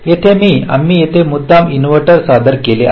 येथे मी आम्ही येथे मुद्दाम इनव्हर्टर सादर केला आहे